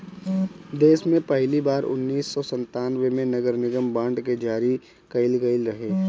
देस में पहिली बार उन्नीस सौ संतान्बे में नगरनिगम बांड के जारी कईल गईल रहे